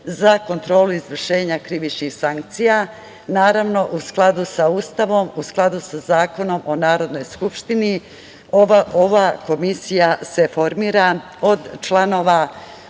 za kontrolu izvršenja krivičnih sankcija. Naravno, u skladu sa Ustavom, u skladu sa Zakonom o Narodnoj skupštini ova Komisija se formira od članova